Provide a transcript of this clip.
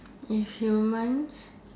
if humans